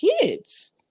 kids